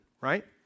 right